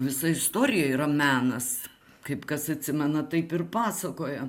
visa istorija yra menas kaip kas atsimena taip ir pasaka